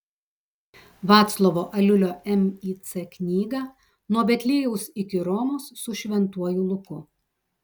vaclovo aliulio mic knygą nuo betliejaus iki romos su šventuoju luku